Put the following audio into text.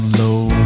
low